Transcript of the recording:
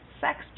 sex